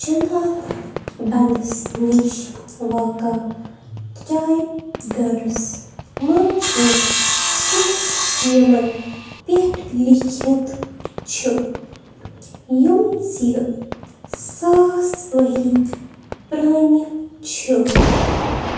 چندیل بنٛدس نِش واقع تجایب گرس منز چھِ کینٛہہ یمن پٮ۪ٹھ لٮ۪کھِتھ چھُ یِم زِ ساس ؤری پرٛانہِ چھِ